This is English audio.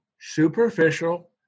superficial